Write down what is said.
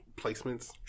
placements